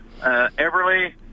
Everly